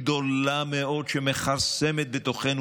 גדולה מאוד שמכרסמת בתוכנו,